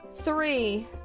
Three